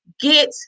get